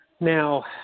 now